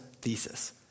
thesis